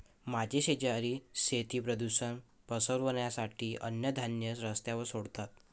माझे शेजारी शेती प्रदूषण पसरवण्यासाठी अन्नधान्य रस्त्यावर सोडतात